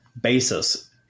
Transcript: Basis